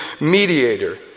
mediator